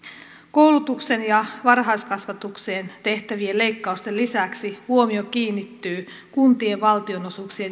koulutukseen ja varhaiskasvatukseen tehtävien leikkausten lisäksi huomio kiinnittyy kuntien valtionosuuksien